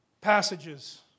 passages